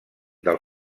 del